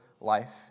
life